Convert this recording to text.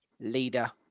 leader